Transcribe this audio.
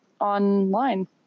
online